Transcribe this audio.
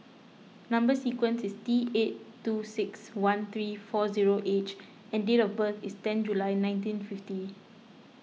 Number Sequence is T eight two six one three four zero H and date of birth is ten July nineteen fifty